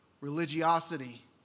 religiosity